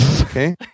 Okay